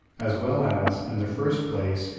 as well as, in the first place,